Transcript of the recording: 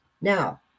now